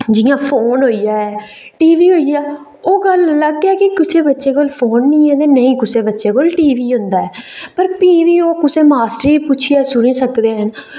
जि'यां फोन होई गेआ टी वी होई गेआ ओह् गल्ल अलग ऐ कि किश बच्चें कोल फोन नेईं ऐ ते नेईं कुसै बच्चे कोल टी वी होंदा ऐ पर भी बी ओह् कुसै मास्टरे ई पुच्छिये सुनी सकदे न